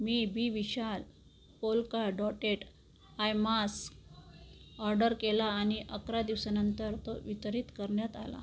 मी बी विशाल polka dotted आय मास ऑर्डर केला आणि अकरा दिवसानंतर तो वितरित करण्यात आला